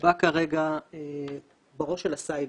בא כרגע בראש של הסייבר.